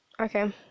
okay